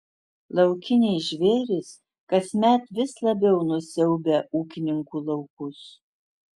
laukiniai žvėrys kasmet vis labiau nusiaubia ūkininkų laukus